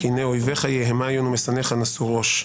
כי-הנה אויביך, יהמיון, ומשנאיך, נשאו ראש.